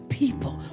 people